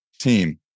team